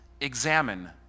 examine